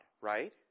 right